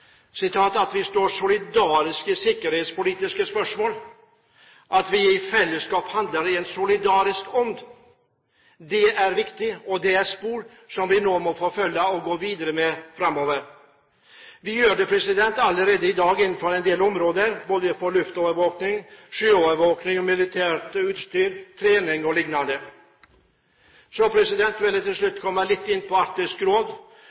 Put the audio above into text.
At vi står solidarisk i sikkerhetspolitiske spørsmål, at vi i fellesskap handler i en solidarisk ånd. Dette er viktig, og det er spor som vi nå må forfølge og gå videre med. Vi gjør det allerede i dag på en del områder, både på luftovervåking, sjøovervåking og militært utstyr, trening o.l. Så vil jeg til slutt komme litt inn på Arktisk Råd.